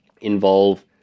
involve